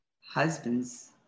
husband's